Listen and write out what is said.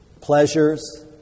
pleasures